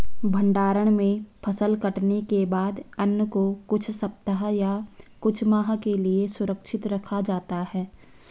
भण्डारण में फसल कटने के बाद अन्न को कुछ सप्ताह या कुछ माह के लिये सुरक्षित रखा जाता है